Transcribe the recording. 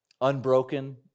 unbroken